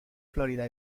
florida